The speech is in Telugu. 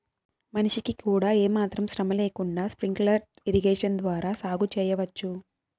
మనిషికి కూడా ఏమాత్రం శ్రమ లేకుండా స్ప్రింక్లర్ ఇరిగేషన్ ద్వారా సాగు చేయవచ్చు